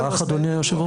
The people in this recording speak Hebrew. לא בהכרח, אדוני היושב-ראש?